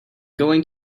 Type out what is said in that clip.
going